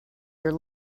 your